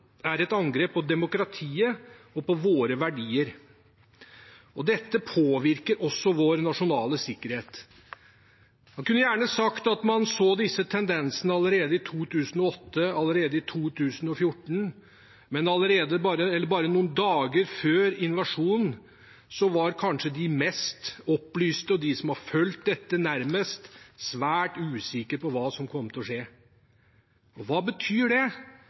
demokratiet og våre verdier. Dette påvirker også vår nasjonale sikkerhet. Man kunne gjerne sagt at man så disse tendensene allerede i 2008, allerede i 2014, men bare noen dager før invasjonen, var de kanskje mest opplyste, de som har fulgt dette nærmest, svært usikre på hva som kom til å skje. Hva betyr det?